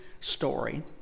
story